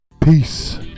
Peace